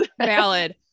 Valid